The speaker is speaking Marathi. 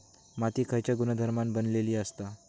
माती खयच्या गुणधर्मान बनलेली असता?